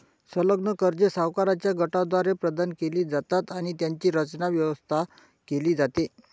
संलग्न कर्जे सावकारांच्या गटाद्वारे प्रदान केली जातात आणि त्यांची रचना, व्यवस्था केली जाते